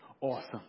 awesome